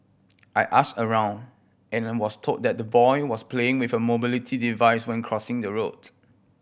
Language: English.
I asked around and was told that the boy was playing with a mobility device when crossing the road